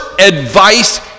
Advice